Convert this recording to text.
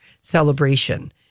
celebration